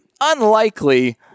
unlikely